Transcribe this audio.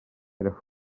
era